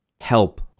help